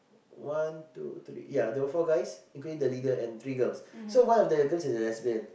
one two three yeah there were four guys including the leader and three girls so one of the girls was a lesbian